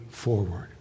forward